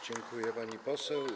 Dziękuję, pani poseł.